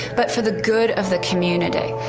but for the good of the community.